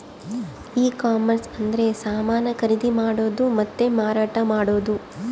ಈ ಕಾಮರ್ಸ ಅಂದ್ರೆ ಸಮಾನ ಖರೀದಿ ಮಾಡೋದು ಮತ್ತ ಮಾರಾಟ ಮಾಡೋದು